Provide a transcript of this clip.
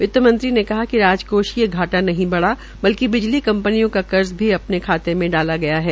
वित्तमंत्री ने कहा कि राजकोषीय घाटा नहीं बढ़ा बल्कि बिजली कंपनियों का कर्ज भी अपने खाते में डाला गया है